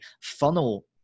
funnel